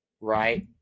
right